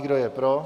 Kdo je pro?